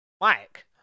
Mike